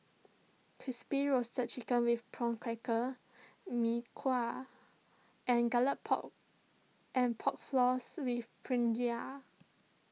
Crispy Roasted Chicken with Prawn Crackers Mee Kuah and Garlic Pork and Pork Floss with Brinjal